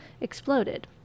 exploded